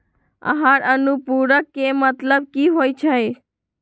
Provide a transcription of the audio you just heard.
आहार अनुपूरक के मतलब की होइ छई?